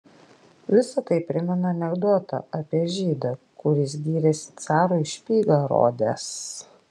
visa tai primena anekdotą apie žydą kuris gyrėsi carui špygą rodęs